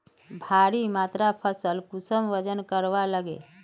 भारी मात्रा फसल कुंसम वजन करवार लगे?